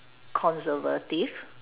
conservative